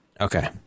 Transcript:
Okay